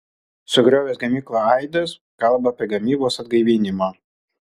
sugriovęs gamyklą aidas kalba apie gamybos atgaivinimą